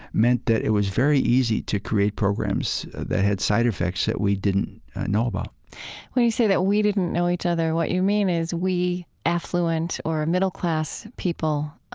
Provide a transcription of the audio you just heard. meant that it was very easy to create programs that had side effects that we didn't know about when you say that we didn't know each other, what you mean is we affluent or middle-class people